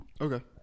okay